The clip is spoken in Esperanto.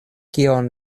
kion